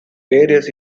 various